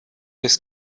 des